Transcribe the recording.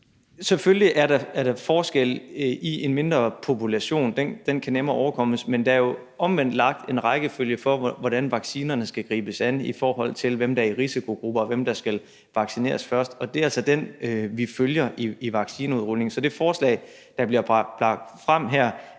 er forskel, når det drejer sig om en mindre population; den kan nemmere overkommes. Men der er jo omvendt lagt en rækkefølge for, hvordan vaccinerne skal gribes an, i forhold til hvem der er i risikogrupper, og hvem der skal vaccineres først – og det er altså den, vi følger i vaccineudrulningen. Så det forslag, der bliver lagt frem her,